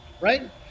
right